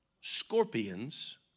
scorpions